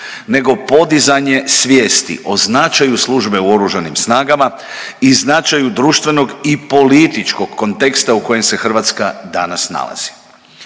nego podizanje svijesti o značaju službe u Oružanim snagama i značaju društvenog i političkog konteksta u kojem se Hrvatska danas nalazi.